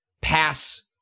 pass